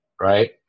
right